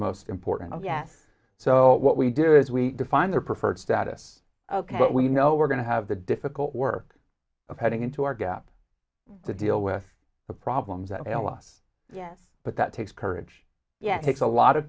most important yes so what we do is we define their preferred status but we know we're going to have the difficult work of heading into our gap to deal with the problems of a loss yes but that takes courage yet takes a lot of